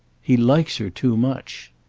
he likes her too much.